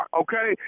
okay